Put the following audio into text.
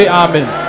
amen